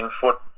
foot